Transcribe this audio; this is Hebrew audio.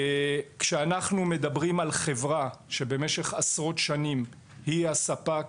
כשאנחנו מדברים על חברה שבמשך עשרות שנים היא הספק,